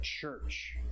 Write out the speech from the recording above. church